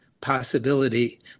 possibility